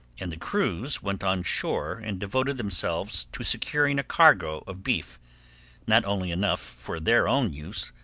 and the crews went on shore and devoted themselves to securing a cargo of beef not only enough for their own use,